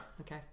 Okay